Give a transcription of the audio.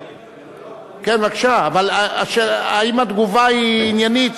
בבקשה, אבל האם התגובה היא עניינית?